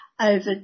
Over